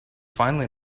finally